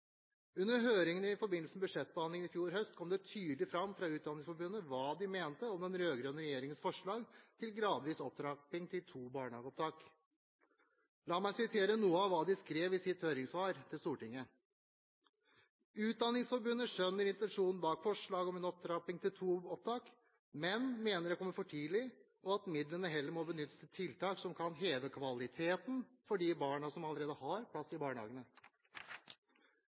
Under høringen i forbindelse med budsjettbehandlingen i fjor høst kom det tydelig fram fra Utdanningsforbundet hva det mente om den rød-grønne regjeringens forslag til gradvis opptrapping til to barnehageopptak. La meg sitere noe av hva Utdanningsforbundet skrev i sitt høringssvar til Stortinget: «Utdanningsforbundet skjønner intensjonen bak forslaget om en opptrapping til to opptak, men mener at det kommer for tidlig, og at midlene heller må benyttes til tiltak som kan heve kvaliteten for de barna som allerede har plass i barnehagene.